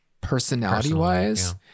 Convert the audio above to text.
personality-wise